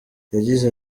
yagize